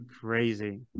crazy